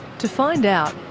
to find out.